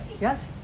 Yes